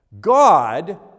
God